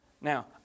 Now